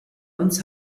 uns